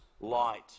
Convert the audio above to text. light